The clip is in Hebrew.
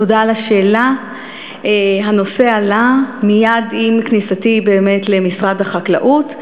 הנושא באמת עלה מייד עם כניסתי למשרד החקלאות.